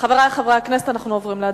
חברי חברי הכנסת, אנחנו עוברים להצבעה.